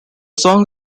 song